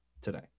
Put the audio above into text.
today